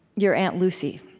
your aunt lucy.